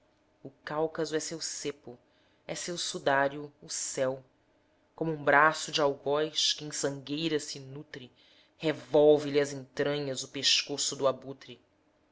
o cáucaso é seu cepo é seu sudário o céu como um braço de algoz que em sangueira se nutre revolve lhe as entranhas o pescoço do abutre